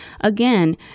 Again